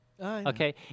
okay